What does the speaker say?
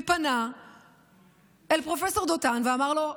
ופנה אל פרופ' דותן ואמר לו: